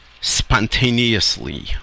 spontaneously